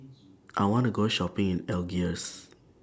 I want to Go Shopping in Algiers